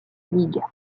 ligue